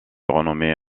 renommée